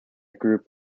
group